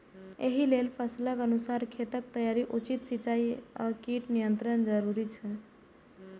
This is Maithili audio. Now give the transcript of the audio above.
एहि लेल फसलक अनुसार खेतक तैयारी, उचित सिंचाई आ कीट नियंत्रण जरूरी छै